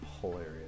hilarious